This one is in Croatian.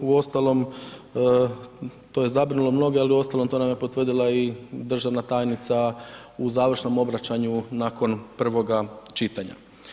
Uostalom, to je zabrinulo mnoge, ali uostalom, to nam je potvrdila i državna tajnica u završnom obraćanju nakon prvoga čitanja.